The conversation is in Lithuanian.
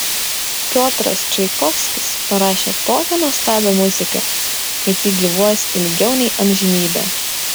piotras čaikovskis parašė tokią nuostabią muziką kad ji gyvuos ilgiau nei amžinybę